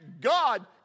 God